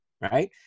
right